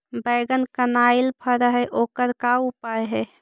बैगन कनाइल फर है ओकर का उपाय है?